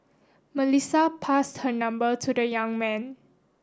Melissa passed her number to the young man